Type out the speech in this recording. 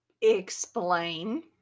Explain